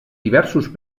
diversos